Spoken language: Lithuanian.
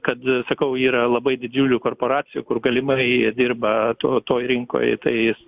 kad sakau yra labai didžiulių korporacijų kur galimai dirba to toj rinkoj tai jis